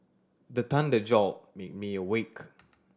the thunder jolt me awake